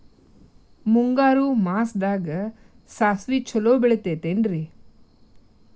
ಮುಂಗಾರು ಮಾಸದಾಗ ಸಾಸ್ವಿ ಛಲೋ ಬೆಳಿತೈತೇನ್ರಿ?